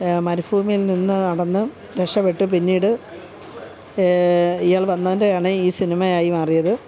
മരുഭൂമിയിൽ നിന്ന് നടന്ന് രക്ഷപ്പെട്ട് പിന്നീട് ഇയാൾ വന്നതിൻ്റെയാണ് ഈ സിനിമയായി മാറിയത്